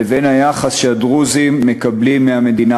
לבין היחס שהדרוזים מקבלים מהמדינה